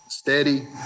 steady